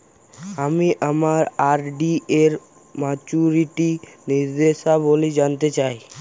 আমি আমার আর.ডি এর মাচুরিটি নির্দেশাবলী জানতে চাই